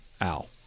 Al